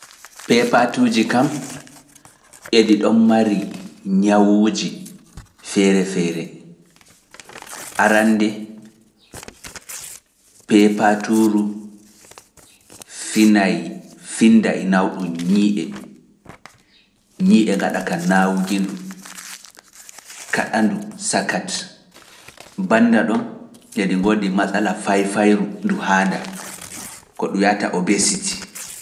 Peepatuuji kam eɗi ɗon mari ñawuuji feere feere. Arannde peepatuuji finaay finnda e nawɗun ñii’e, ñii’e ngaɗa ka nawuki ndu, kaɗandu sakat. bannda ɗon eɗi ngoodi masala fayfayru ndu haanda ko ɗum wiyata Obesity.